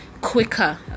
quicker